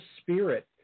spirit